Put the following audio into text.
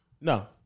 No